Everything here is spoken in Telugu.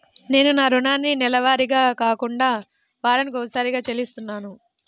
నేను నా రుణాన్ని నెలవారీగా కాకుండా వారానికోసారి చెల్లిస్తున్నాను